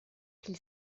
qu’il